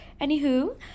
anywho